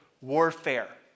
warfare